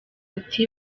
ati